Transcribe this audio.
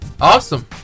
Awesome